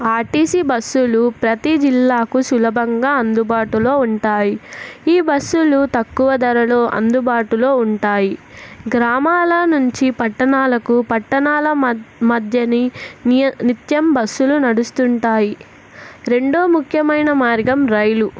RTC బస్సులు ప్రతి జిల్లాకు సులభంగా అందుబాటులో ఉంటాయి ఈ బస్సులు తక్కువ ధరలో అందుబాటులో ఉంటాయి గ్రామాల నుంచి పట్టణాలకు పట్టణాల మ మధ్యని నియ నిత్యం బస్సులు నడుస్తుంటాయి రెండో ముఖ్యమైన మార్గం రైలు